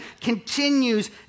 continues